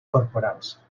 corporals